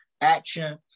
action